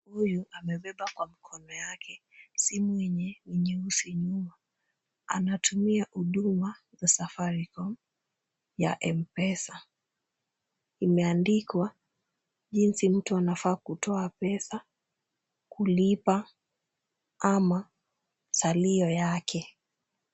Huyu amebeba kwa mkono yake simu yenye ni nyeusi nyuma. Anatumia huduma za Safaricom ya M-Pesa. Imeandikwa jinsi mtu anafaa kutoa pesa, kulipa ama salio yake.